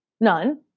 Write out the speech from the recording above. none